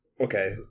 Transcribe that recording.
Okay